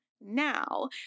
now